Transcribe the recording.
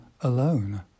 alone